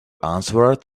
answered